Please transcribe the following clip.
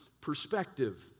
perspective